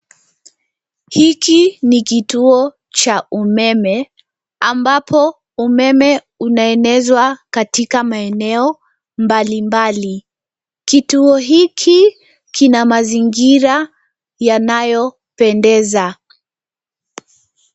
Hiki ni kituo cha umeme ambapo umeme unaenezwa katika maeneo mbalimbali. Kituo hiki kina mazingira yanayopendeza.